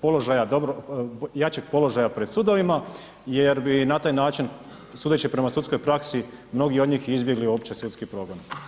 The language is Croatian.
položaja, jačeg položaja pred sudovima jer bi na taj način sudeći prema sudskoj praksi mnogi od njih izbjegli uopće sudski problem.